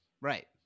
Right